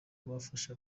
bafashe